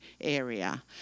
area